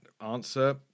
Answer